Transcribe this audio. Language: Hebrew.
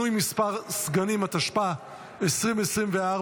התשפ"ה 2024,